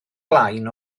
blaen